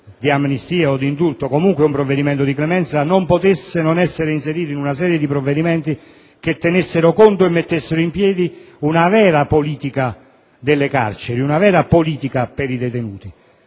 di amnistia o di indulto, comunque un provvedimento di clemenza, non potesse non essere inserito in una serie di provvedimenti che tenessero conto e mettessero in piedi una vera politica delle carceri, una vera politica per i detenuti.